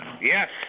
Yes